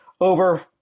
over